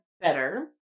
better